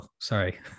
sorry